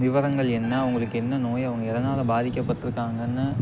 விவரங்கள் என்ன வுங்களுக்கு என்ன நோய் அவங்க எதனால் பாதிக்கப்பட்டிருக்காங்கன்னு